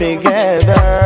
Together